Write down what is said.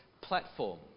platform